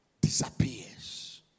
Disappears